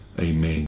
Amen